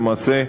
למעשה,